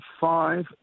five